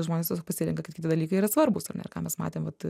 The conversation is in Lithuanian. žmonės tiesiog pasirenka kad kiti dalykai yra svarbūs ar ne ką mes matėm vat